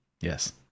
yes